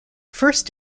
first